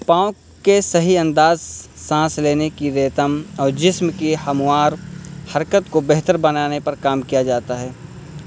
پاؤں کے صحیح انداز سانس لینے کی رتم اور جسم کی ہموار حرکت کو بہتر بنانے پر کام کیا جاتا ہے